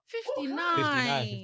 Fifty-nine